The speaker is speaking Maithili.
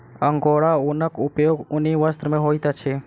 अंगोरा ऊनक उपयोग ऊनी वस्त्र में होइत अछि